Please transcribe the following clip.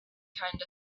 kind